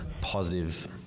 positive